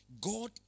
God